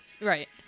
right